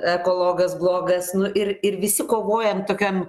ekologas blogas ir ir visi kovojam tokiam